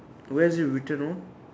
where is it written on